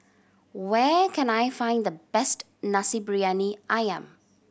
where can I find the best Nasi Briyani Ayam